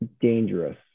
dangerous